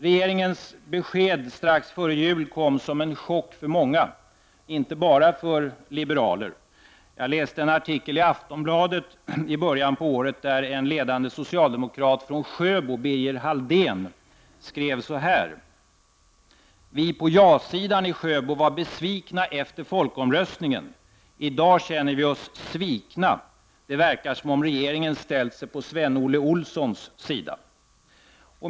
Regeringens besked strax före jul kom som en chock för många, inte bara för liberaler. Jag läste en artikel i Aftonbladet i början av året där en ledande socialdemokrat från Sjöbo, Birger Halldén, skrev följande: Vi på ja-sidan i Sjöbo var besvikna efter folkomröstningen. I dag känner vi oss svikna. Det verkar som om regeringen ställt sig på Sven-Olle Olssons sida.